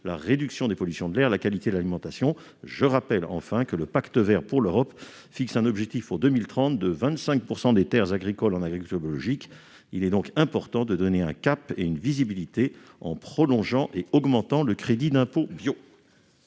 la réduction des pollutions de l'air ou de la qualité de l'alimentation. Enfin, le Pacte vert pour l'Europe fixe un objectif pour 2030 de 25 % des terres agricoles en agriculture biologique : il est donc important de donner un cap et une visibilité, en prolongeant et en augmentant le crédit d'impôt bio.